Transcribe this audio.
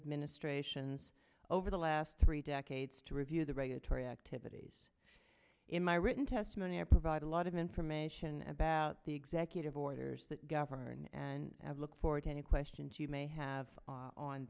administrations over the last three decades to review the regulatory activities in my written testimony i provide a lot of information about the executive orders that govern and i look forward to any questions you may have